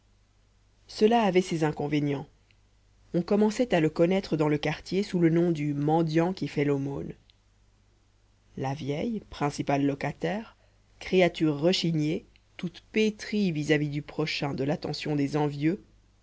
cela avait ses inconvénients on commençait à le connaître dans le quartier sous le nom du mendiant qui fait l'aumône la vieille principale locataire créature rechignée toute pétrie vis-à-vis du prochain de l'attention des envieux